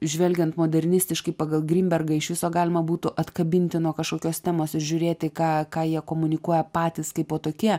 žvelgiant modernistiškai pagal grinbergą iš viso galima būtų atkabinti nuo kažkokios temos ir žiūrėti ką ką jie komunikuoja patys kaipo tokie